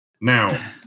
Now